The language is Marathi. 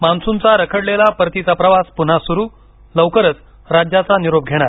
मान्सूनचा रखडलेला परतीचा प्रवास पुन्हा सुरू लवकरच राज्याचा निरोप घेणार